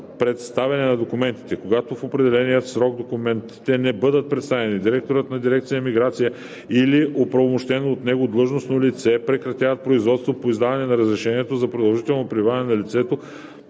предоставяне на документите. Когато в определения срок документите не бъдат представени, директорът на дирекция „Миграция“ или оправомощено от него длъжностно лице прекратява производството по издаване на разрешение за продължително пребиваване на лице,